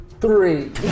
Three